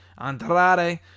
Andrade